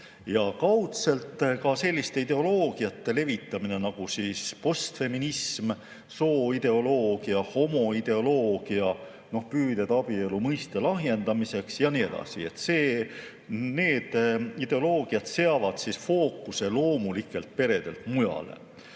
ja kaudselt ka selliste ideoloogiate levitamine nagu postfeminism, sooideoloogia, homoideoloogia, püüded abielu mõiste lahjendamiseks ja nii edasi. Need ideoloogiad seavad fookuse loomulikelt peredelt mujale